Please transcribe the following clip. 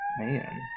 Man